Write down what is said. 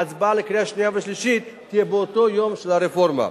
ההצבעה בקריאה שנייה ושלישית תהיה באותו יום של הרפורמה.